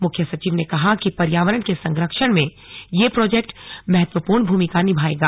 मुख्य सचिव ने कहा कि पर्यावरण के संरक्षण में यह प्रोजेक्ट महत्वपूर्ण भूमिका निभाएगा